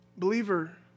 Believer